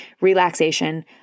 relaxation